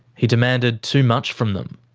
he demanded too much from them.